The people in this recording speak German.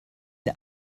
der